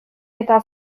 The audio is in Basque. eta